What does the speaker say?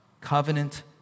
covenant